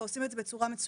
ועושים את זה בצורה מצוינת,